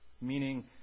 Meaning